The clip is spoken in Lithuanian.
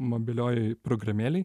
mobiliojoj programėlėj